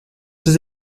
does